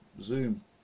Zoom